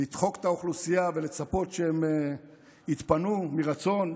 לדחוק את האוכלוסייה ולצפות שהם יתפנו מרצון.